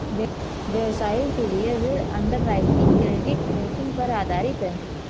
व्यवसायों के लिए ऋण अंडरराइटिंग क्रेडिट रेटिंग पर आधारित है